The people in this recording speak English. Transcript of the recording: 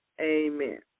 Amen